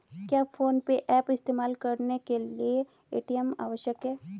क्या PhonePe app इस्तेमाल करने के लिए ए.टी.एम आवश्यक है?